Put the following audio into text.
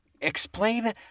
explain